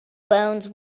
bones